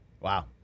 Wow